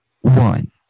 one